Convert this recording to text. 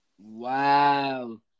Wow